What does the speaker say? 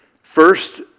First